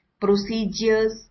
procedures